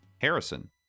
Harrison